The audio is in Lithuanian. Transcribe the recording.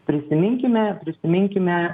prisiminkime prisiminkime